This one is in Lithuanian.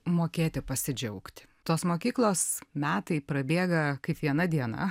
mokėti pasidžiaugti tos mokyklos metai prabėga kaip viena diena